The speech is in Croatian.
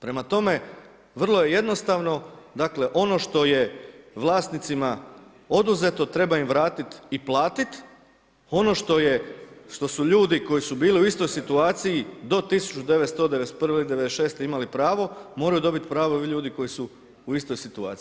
Prema tome, vrlo je jednostavno ono što je vlasnicima oduzeto treba im vratiti i platit, ono što su ljudi koji su bili u istoj situaciji do 1991. i '96. imali pravo moraju dobiti pravo ovi ljudi koji su u istoj situaciji.